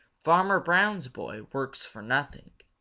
farmer brown's boy works for nothing